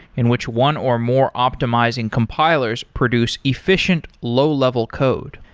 in which one or more optimizing compilers produce efficient low-level code.